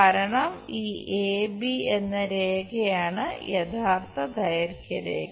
കാരണം ഈ A B എന്ന രേഖയാണ് യഥാർത്ഥ ദൈർഘ്യ രേഖ